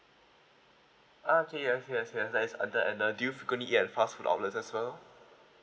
ah okay yes yes yes that's other and uh do you frequently eat fast food outlets as well